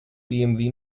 bmw